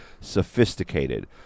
sophisticated